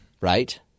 Right